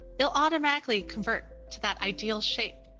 it'll automatically convert to that ideal shape.